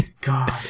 God